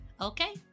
okay